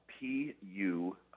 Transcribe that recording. P-U